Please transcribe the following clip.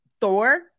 Thor